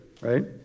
right